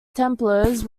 templars